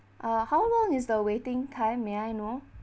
uh how long is the waiting time may I know